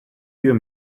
you